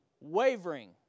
wavering